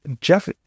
Jeff